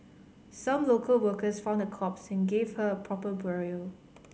some local workers found her corpse and gave her a proper burial